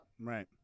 Right